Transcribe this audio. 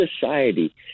society